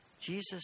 Jesus